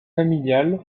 familiales